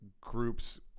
groups